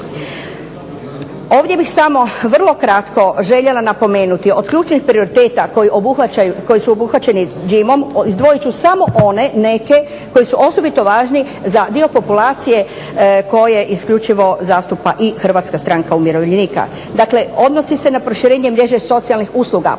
Ovdje bih samo vrlo kratko željela napomenuti od ključnih prioriteta koji su obuhvaćeni … /Govornica se ne razumije./… izdvojit ću samo one neke koji su osobito važni za dio populacije koje isključivo zastupa i HSU. Dakle, odnosi se na proširenje mreže socijalnih usluga, posebno